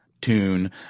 tune